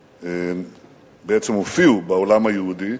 שבעצם הופיעו בעולם היהודי.